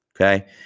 okay